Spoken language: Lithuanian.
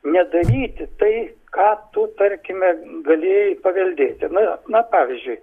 nedaryti tai ką tu tarkime gali paveldėti na na pavyzdžiui